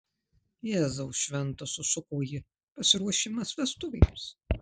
jėzau šventas sušuko ji pasiruošimas vestuvėms